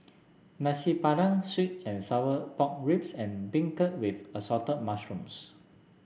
Nasi Padang sweet and Sour Pork Ribs and beancurd with Assorted Mushrooms